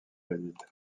réduite